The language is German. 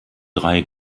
drei